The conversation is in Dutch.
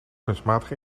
kunstmatige